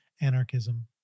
anarchism